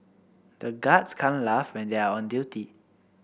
the guards can't laugh when they are on duty